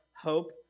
hope